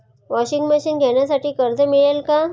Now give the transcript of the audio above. Washing machine घेण्यासाठी कर्ज मिळेल का?